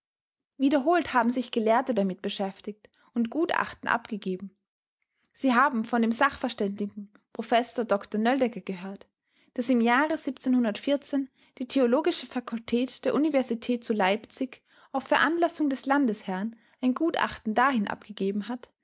wiederholt haben sich gelehrte damit beschäftigt und gutachten abgegeben sie haben von dem sachverständigen professor dr nöldecke gehört daß im jahre die theologische fakultät der universität zu leipzig auf veranlassung des landesherrn ein gutachten dahin abgegeben hat